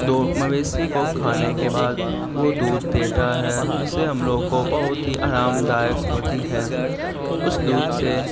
دو مویشی کو کھانے کے بعد وہ دودھ دیتا ہے جسے ہم لوگوں کو بہت ہی آرام دایک ہوتی ہے اس دودھ سے